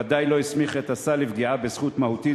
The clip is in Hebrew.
וודאי לא הסמיך את השר לפגיעה בזכות מהותית